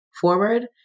forward